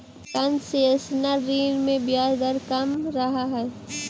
concessional ऋण में ब्याज दर कम रहऽ हइ